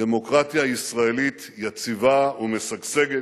דמוקרטיה ישראלית יציבה ומשגשגת,